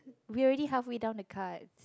we've already halfway down the card